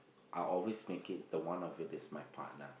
I always make it the one of it is my partner